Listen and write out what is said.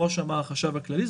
כמו שאמר החשב הכללי,